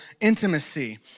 intimacy